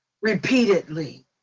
repeatedly